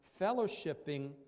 fellowshipping